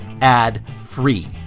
ad-free